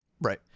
Right